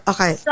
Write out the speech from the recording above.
Okay